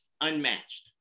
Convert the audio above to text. unmatched